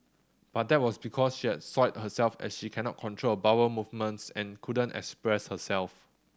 but that was because she had soiled herself as she cannot control bowel movements and couldn't express herself